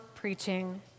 preaching